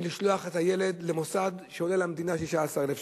במקום לשלוח את הילד למוסד שעולה למדינה 16,000 שקל,